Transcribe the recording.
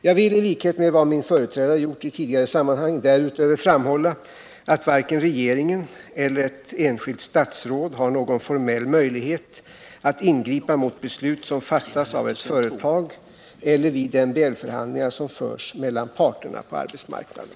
Jag vill — i likhet med vad min företrädare gjort i tidigare sammanhang — därutöver framhålla att varken regeringen eller ett enskilt statsråd har någon formell möjlighet att ingripa mot beslut som fattas av ett företag eller vid MBL-förhandlingar som förs mellan parterna på arbetsmarknaden.